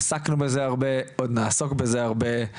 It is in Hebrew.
עסקנו בזה הרבה, עוד נעסוק בזה הרבה.